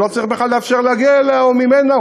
שלא צריך בכלל לאפשר להגיע אליה או ממנה,